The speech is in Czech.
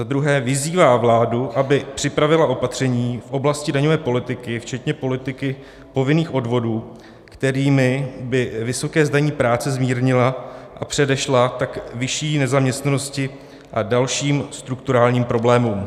Za druhé, vyzývá vládu, aby připravila opatření v oblasti daňové politiky včetně politiky povinných odvodů, kterými by vysoké zdanění práce zmírnila, a předešla tak vyšší nezaměstnanosti a dalším strukturálním problémům.